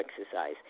exercise